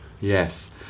Yes